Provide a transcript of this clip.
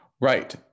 Right